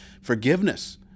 forgiveness